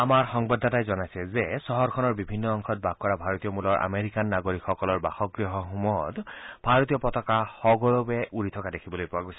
আমাৰ সংবাদদাতাই জনাইছে যে চহৰখনৰ বিভিন্ন অংশত বাস কৰা ভাৰতীয় মূলৰ আমেৰিকান নাগৰিকসকলৰ বাসগৃহসমূহত ভাৰতীয় পতাকা সগৌৰৱে উৰি থকা দেখিবলৈ পোৱা গৈছে